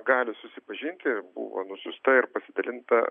gali susipažinti buvo nusiųsta ir pasidalinta